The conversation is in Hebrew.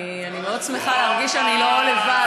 אני מאוד שמחה להרגיש שאני לא לבד.